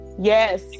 yes